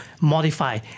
modify